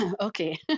okay